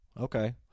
okay